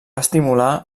estimular